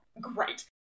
great